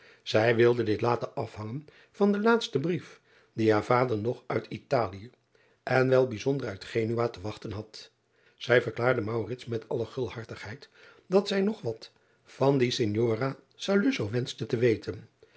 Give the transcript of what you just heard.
ij wilde dit laten afhangen van den laatsten brief dien haar vader nog uit talie en wel bijzonder uit enua te wachten had ij verklaarde met alle gulhartigheid dat zij nog wat van die ignora wenschte te weten